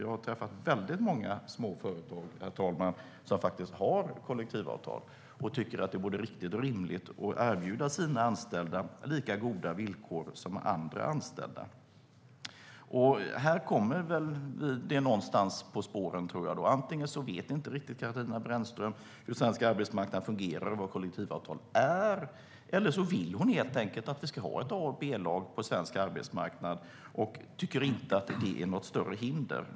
Jag har träffat många små företag, herr talman, som har kollektivavtal och som tycker att det är både riktigt och rimligt att erbjuda sina anställda lika goda villkor som andra anställda har. Här kommer vi någonting på spåren, tror jag. Antingen vet inte riktigt Katarina Brännström hur svensk arbetsmarknad fungerar och vad kollektivavtal är eller så vill hon helt enkelt att vi ska ha ett A och ett B-lag på svensk arbetsmarknad och tycker inte att det är något större hinder.